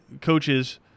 coaches